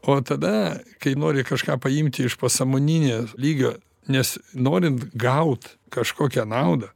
o tada kai nori kažką paimti iš posąmoninio lygio nes norint gaut kažkokią naudą